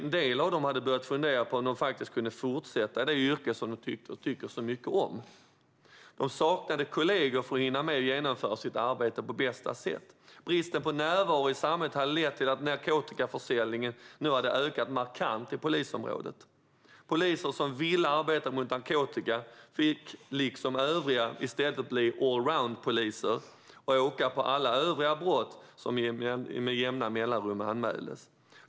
En del av dem hade börjat fundera på om de faktiskt kunde fortsätta i det yrke som de tycker så mycket om. De saknade kollegor för att hinna med att genomföra sitt arbete på bästa sätt. Bristen på närvaro i samhället hade lett till att narkotikaförsäljningen nu hade ökat markant i polisområdet. Poliser som vill arbeta mot narkotika fick liksom övriga i stället bli allroundpoliser och åka på alla övriga brott som med jämna mellanrum anmäldes.